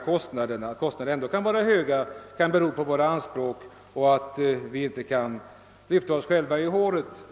Kostnaderna kan i alla fall vara höga, vilket kan bero på att vi inte kan lyfta oss själva i håret.